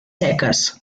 seques